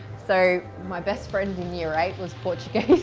so my best friend in year eight was portuguese